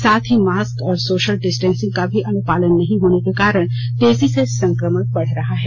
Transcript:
साथ ही मास्क और सोशल डिस्टेंसिंग का भी अनुपालन नहीं होने के कारण तेजी से संक्रमण बढ़ रहा है